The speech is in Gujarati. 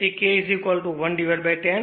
તેથી K 110